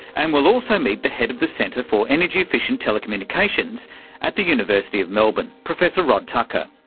and we'll also meet the head of the centre for energy efficient telecommunications at the university of melbourne, professor rod tucker.